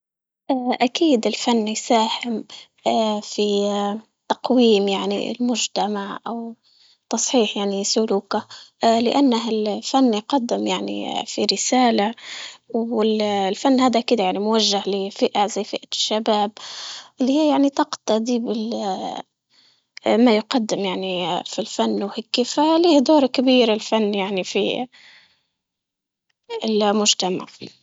أكيد الفن يساهم في تقويم يعني المجتمع أو تصحيح يعني سلوكه، لأنه الفن يقدم يعني في رسالة والفن هدا كدة موجه لفئة زي فئة الشباب اللي هي يعني تقتدي بال- ما يقدم يعني في الفن وهيكي، فليه دور كبير الفن يعني في المجتمع.